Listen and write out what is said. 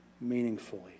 meaningfully